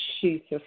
Jesus